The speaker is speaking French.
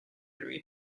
lui